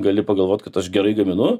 gali pagalvot kad aš gerai gaminu